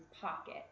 pocket